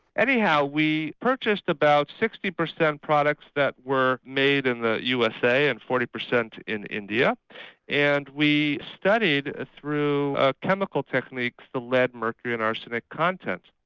anyhow we purchased about sixty percent products that were made in the usa and forty percent in india and we studied ah through a chemical technique the lead, mercury and arsenic content.